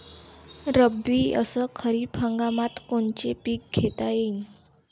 रब्बी अस खरीप हंगामात कोनचे पिकं घेता येईन?